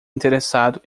interessado